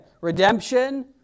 redemption